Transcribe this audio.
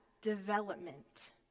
development